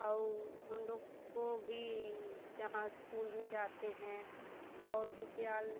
और हम लोग को भी जहाँ इस्कूल में जाते हैं और विद्या